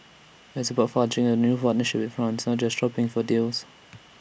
IT is about forging A new Warner ship with France not just shopping for deals